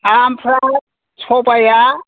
ओमफ्राय सबाया